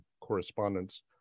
correspondence